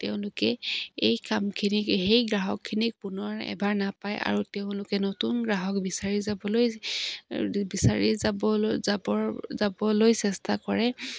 তেওঁলোকে এই কামখিনিক সেই গ্ৰাহকখিনিক পুনৰ এবাৰ নাপায় আৰু তেওঁলোকে নতুন গ্ৰাহক বিচাৰি যাবলৈ চেষ্টা কৰে